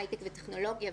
הייטק וטכנולוגיה,